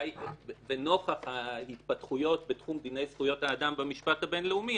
לנוכח ההתפתחויות בתחום דיני זכויות האדם במשפט הבינלאומי,